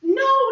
no